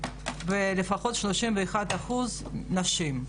ולפחות 31% נשים.